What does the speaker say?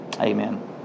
amen